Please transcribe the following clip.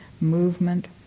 movement